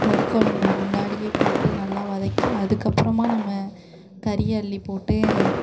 கறி கொழம்பு முன்னாடியே போட்டு நல்லா வதக்கி அதுக்கப்புறமா நம்ம கறியை அள்ளி போட்டு